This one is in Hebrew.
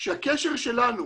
שהקשר שלנו